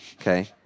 okay